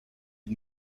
het